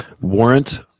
warrant